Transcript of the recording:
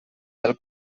del